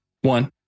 One